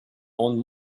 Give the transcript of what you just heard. own